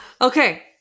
Okay